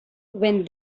when